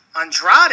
Andrade